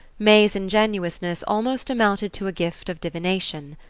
may's ingenuousness almost amounted to a gift of divination.